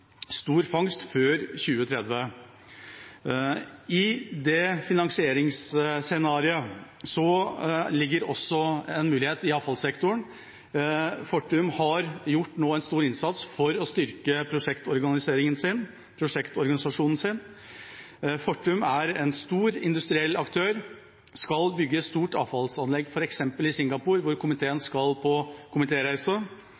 stor fangst før 2030. I det finansieringsscenarioet ligger også en mulighet i avfallssektoren. Fortum har nå gjort en stor innsats for å styrke prosjektorganisasjonen sin. Fortum er en stor industriell aktør, de skal f.eks. bygge et stort avfallsanlegg i Singapore, hvor